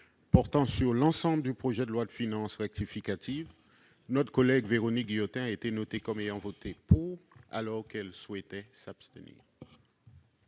portant sur l'ensemble du projet de loi de finances rectificative, notre collègue Véronique Guillotin a été notée comme ayant voté pour alors qu'elle souhaitait s'abstenir.